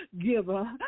giver